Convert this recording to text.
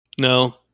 No